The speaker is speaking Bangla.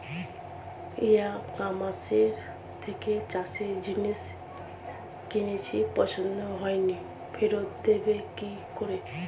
ই কমার্সের থেকে চাষের জিনিস কিনেছি পছন্দ হয়নি ফেরত দেব কী করে?